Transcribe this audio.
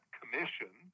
commission